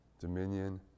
dominion